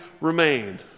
remain